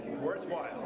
worthwhile